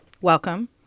Welcome